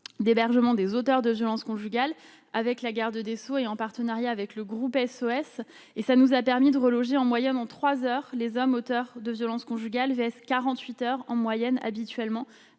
d'hébergement des auteurs de violences conjugales avec la garde des Sceaux et en partenariat avec le groupe SOS et ça nous a permis de reloger en moyenne en 3 heures les hommes auteurs de violences conjugales vs 48 heures en moyenne habituellement,